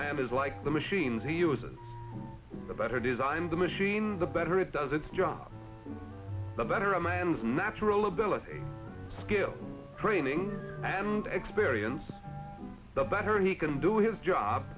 imam is like the machines he uses the better designed the machine the better it does its job the better a man's natural ability skill training and experience the better he can do his job